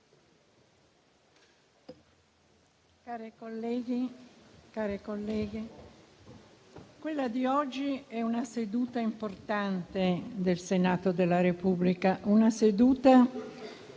care colleghe, cari colleghi, quella di oggi è una seduta importante del Senato della Repubblica, una seduta che